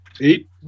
Eight